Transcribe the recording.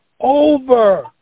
Over